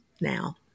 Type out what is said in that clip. now